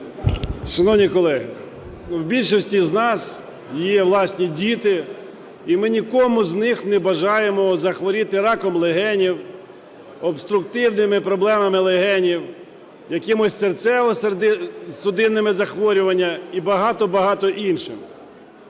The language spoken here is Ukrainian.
Шановні колеги, в більшості з нас є власні діти, і ми нікому з них не бажаємо захворіти раком легенів, обструктивними проблемами легенів, якимись серцево-судинними захворюваннями і багато-багато іншого.